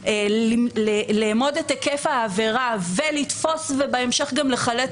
לאמוד את היקף העבירה ולתפוס ובהמשך גם לחלט